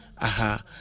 Aha